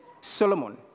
Solomon